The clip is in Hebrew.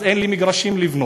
אז אין לי מגרשים לבנות,